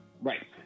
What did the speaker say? Right